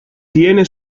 tiene